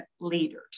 leaders